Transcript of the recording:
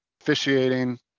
officiating